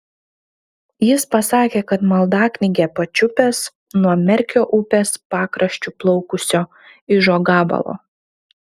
jis pasakė kad maldaknygę pačiupęs nuo merkio upės pakraščiu plaukusio ižo gabalo